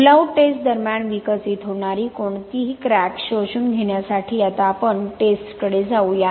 पुल out test दरम्यान विकसित होणारी कोणतीही क्रॅक शोषून घेण्यासाठी आता आपण टेस्टकडे जाऊया